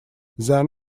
there